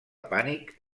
pànic